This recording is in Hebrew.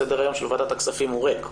סדר-היום של ועדת הכספים הוא ריק.